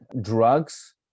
drugs